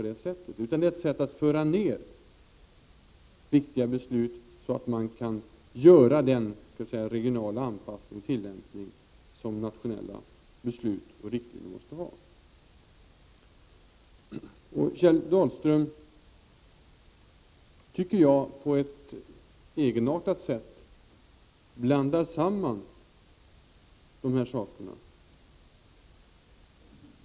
Detta är ett sätt att föra ned viktiga beslut till en nivå där man kan göra en regional anpassning och tillämpning av nationella beslut och riktlinjer. Jag tycker att Kjell Dahlström på ett mycket egenartat sätt blandar samman dessa saker.